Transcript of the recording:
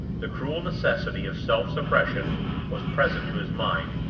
the cruel necessity of self-suppression was present to his mind,